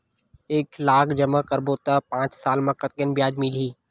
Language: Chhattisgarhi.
एक लाख जमा करबो त पांच साल म कतेकन ब्याज मिलही?